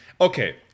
okay